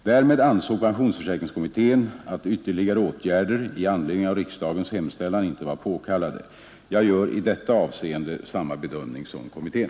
Därmed ansåg pensionsförsäkringskommittén att ytterligare åtgärder i anledning av riksdagens hemställan inte var påkallade. Jag gör i detta avseende samma bedömning som kommittén.